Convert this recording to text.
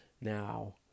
Now